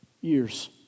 years